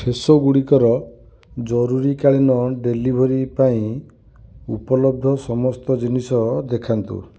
Fresho ଗୁଡ଼ିକର ଜରୁରୀ କାଳୀନ ଡେଲିଭରି ପାଇଁ ଉପଲବ୍ଧ ସମସ୍ତ ଜିନିଷ ଦେଖାନ୍ତୁ